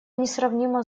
несравнима